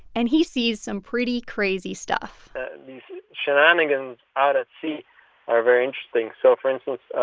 and he sees some pretty crazy stuff these shenanigans out at sea are very interesting. so, for instance,